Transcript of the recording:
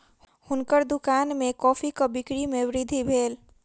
हुनकर दुकान में कॉफ़ीक बिक्री में वृद्धि भेल